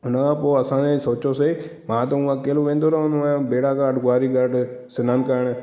हुन खां पोइ असां ने सोचियोसीं मां त हुंअ अकेलो वेंदो रहंदो आहियां बेड़ा घाट बुआरी घाट सनानु करणु